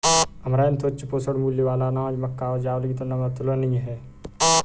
amaranth उच्च पोषण मूल्य वाला अनाज मक्का और चावल की तुलना में तुलनीय है